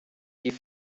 die